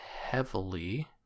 heavily